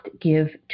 give